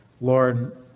Lord